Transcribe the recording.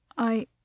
I